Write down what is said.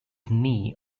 knee